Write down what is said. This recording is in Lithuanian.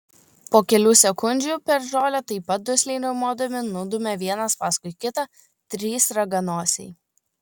po kelių sekundžių per žolę taip pat dusliai riaumodami nudūmė vienas paskui kitą trys raganosiai